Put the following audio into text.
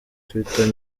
twitter